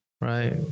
Right